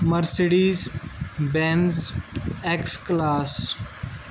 Mercedes Benz X class